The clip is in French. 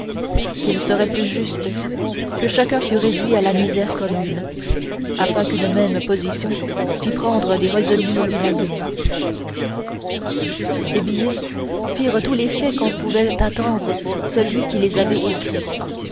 qu'il serait plus juste que chacun fût réduit à la misère commune afin qu'une même position fit prendre des résolutions unanimes ces billets firent tout l'effet qu'en pouvait attendre celui qui les avait écrits